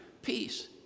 peace